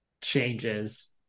changes